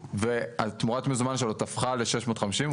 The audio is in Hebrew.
ותמורת המזומן שלו תפחה ל-650,000,